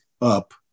up